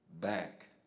Back